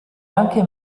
anche